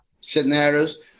scenarios